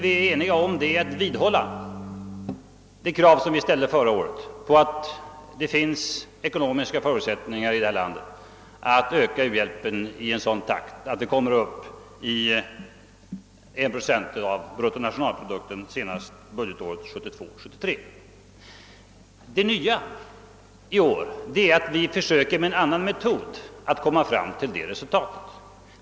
Vi är eniga om att vidhålla vår stånd Punkt från förra året, dvs. att det finns ekonomiska förutsättningar i detta land att öka u-hjälpen i sådan takt att vi kommer upp i 1 procent av bruttonationalprodukten senast budgetåret 1972/ 13. Det nya är att vi i år försöker med «en annan metod att komma fram till detta resultat.